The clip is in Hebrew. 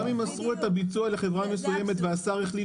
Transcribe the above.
גם אם מסרו את הביצוע לחברה מסוימת והשר החליט